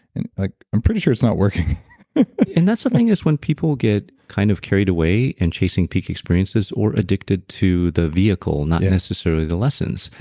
and ah i'm pretty sure it's not working and that's the thing is when people get kind of carried away in chasing peak experiences or addicted to the vehicle not necessarily the lessons.